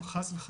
לא, חס וחלילה.